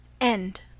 End